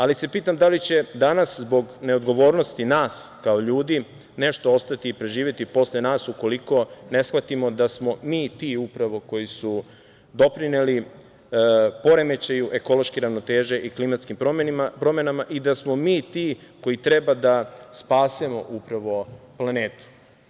Ali se pitam da li će danas, zbog neodgovornosti nas kao ljudi, nešto ostati i preživeti posle nas ukoliko ne shvatimo da smo mi ti upravo koji su doprineli poremećaju ekološke ravnoteže i klimatskih promena i da smo mi ti koji treba da spasemo upravo planetu.